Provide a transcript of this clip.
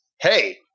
hey